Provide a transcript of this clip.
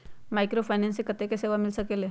Microfinance से कतेक पैसा मिल सकले ला?